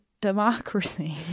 democracy